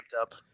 up